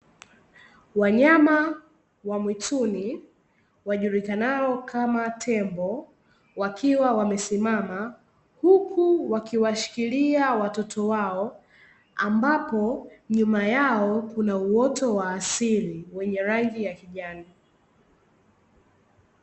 Wanyama wa mwituni wajulikanao kama tembo wakiwa wamesimama, huku wakiwashikilia watoto wao ambapo nyuma yao kuna uoto wa asili wenye rangi ya kijani.